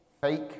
Fake